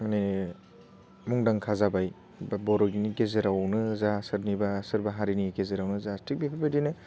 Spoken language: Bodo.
माने मुंदांखा जाबाय बा बर'नि गेजेरावनो जा सोरनिबा सोरबा हारिनि गेजेरावनो जा थिक बेफोरबायदिनो